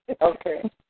Okay